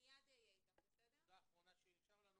נקודה אחרונה שנשארה לנו